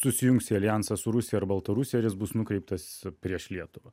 susijungs į aljansą su rusija ar baltarusija ir jis bus nukreiptas prieš lietuvą